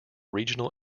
regional